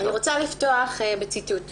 אני רוצה לפתוח בציטוט קצר: